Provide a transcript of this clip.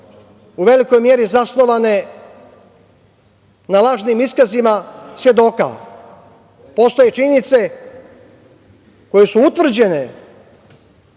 u velikoj meri zasnovane na lažnim iskazima svedoka. Postoje činjenice koje su utvrđene